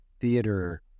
theater